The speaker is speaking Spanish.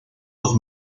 los